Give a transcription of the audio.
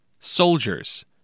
Soldiers